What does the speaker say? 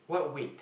what wait